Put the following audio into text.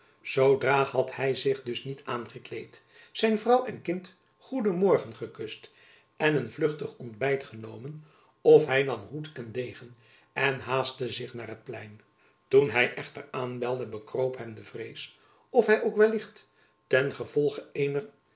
zoodra had hy zich dus niet aangekleed zijn vrouw en kind goeden morgen gekust en een vluchtig ontbijt genomen of hy nam hoed en degen en haastte zich naar het plein toen hy echter aanbelde bekroop hem de vrees of hy ook wellicht ten gevolge eener